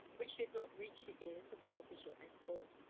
which did not reach the ears of his official escort.